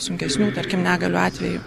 sunkesnių tarkim negalių atveju